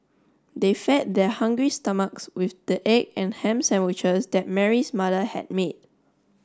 they fed their hungry stomachs with the egg and ham sandwiches that Mary's mother had made